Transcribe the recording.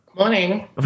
Morning